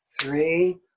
three